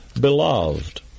beloved